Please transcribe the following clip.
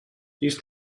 used